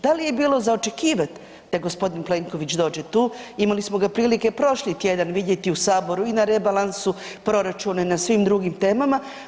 Da li je bilo za očekivati da gospodin Plenković dođe tu, imali smo ga prilike prošli tjedan vidjeti u saboru i na rebalansu proračuna i na svim drugim temama.